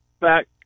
back